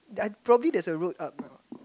uh probably there's a road up now ah